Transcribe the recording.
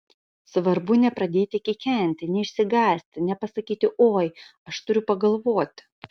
svarbu nepradėti kikenti neišsigąsti nepasakyti oi aš turiu pagalvoti